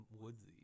woodsy